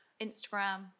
Instagram